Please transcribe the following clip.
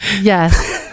Yes